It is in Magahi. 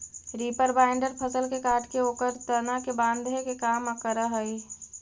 रीपर बाइन्डर फसल के काटके ओकर तना के बाँधे के काम करऽ हई